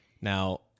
Now